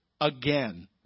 again